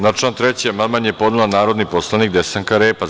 Na član 3. amandman je podnela narodni poslanik Desanka Repac.